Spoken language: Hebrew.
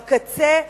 בקצה,